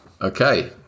Okay